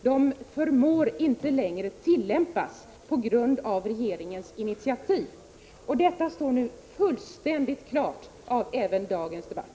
De förmår inte längre tillämpas, på grund av regeringens initiativ. Detta står nu fullständigt klart, av även dagens debatt.